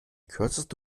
kürzeste